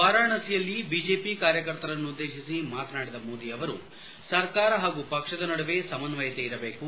ವಾರಾಣಸಿಯಲ್ಲಿ ಬಿಜೆಪಿ ಕಾರ್ಯಕರ್ತರನ್ನುದ್ದೇಶಿಸಿ ಮಾತನಾಡಿದ ಮೋದಿ ಸರ್ಕಾರ ಹಾಗೂ ಪಕ್ಷದ ನಡುವೆ ಸಮನ್ವಯತೆ ಇರಬೇಕು